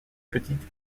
petite